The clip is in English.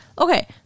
Okay